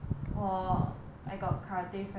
我 I got cardiff and that